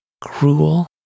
cruel